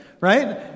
Right